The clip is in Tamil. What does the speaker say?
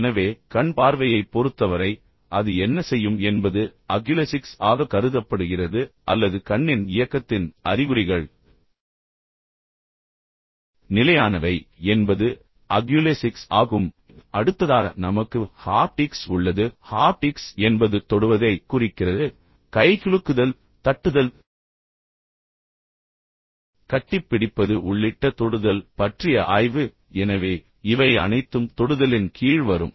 எனவே கண் பார்வையைப் பொறுத்தவரை அது என்ன செய்யும் என்பது அக்யுலெஸிக்ஸ் ஆக கருதப்படுகிறது அல்லது கண்ணின் இயக்கத்தின் அறிகுறிகள் நிலையானவை என்பது அக்யுலெஸிக்ஸ் ஆகும் அடுத்ததாக நமக்கு ஹாப்டிக்ஸ் உள்ளது ஹாப்டிக்ஸ் என்பது தொடுவதைக் குறிக்கிறது கைகுலுக்குதல் தட்டுதல் கட்டிப்பிடிப்பது உள்ளிட்ட தொடுதல் பற்றிய ஆய்வு எனவே இவை அனைத்தும் தொடுதலின் கீழ் வரும்